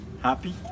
happy